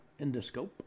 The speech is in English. endoscope